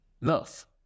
Love